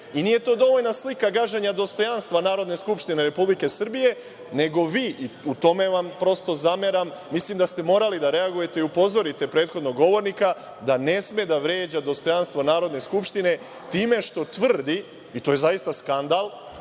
i nije to dovoljna slika gaženja dostojanstva Narodne skupštine Republike Srbije, nego vi, u tome vam prosto zameram, mislim da ste morali da reagujete i upozorite prethodnog govornika da ne sme da vređa dostojanstvo Narodne skupštine time što tvrdi, i to je zaista skandal,